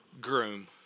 groom